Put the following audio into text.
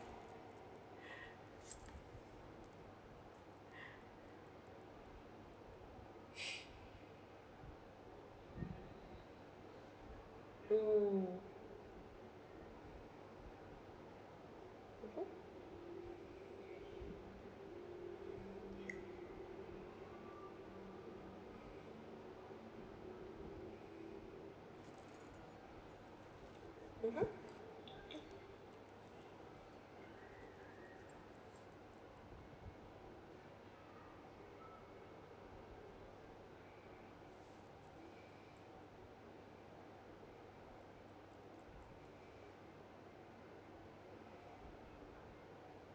mm (uh huh) (uh huh)